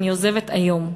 אני עוזבת היום.